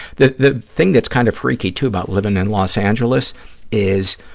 the the thing that's kind of freaky, too, about living in los angeles is,